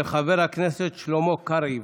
של חבר הכנסת שלמה קרעי.